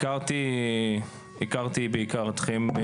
הכרתי בעיקר אתכם,